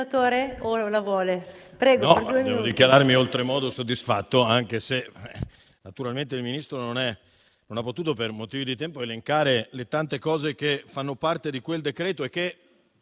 devo dichiararmi oltremodo soddisfatto, anche se naturalmente il Ministro non ha potuto, per motivi di tempo, elencare le tante misure che fanno parte di quel decreto-legge,